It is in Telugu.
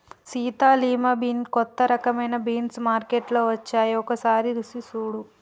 సీత లిమా బీన్ కొత్త రకమైన బీన్స్ మార్కేట్లో వచ్చాయి ఒకసారి రుచి సుడు